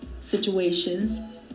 situations